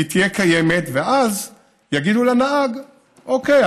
והיא תהיה קיימת ואז יגידו לנהג: אוקיי,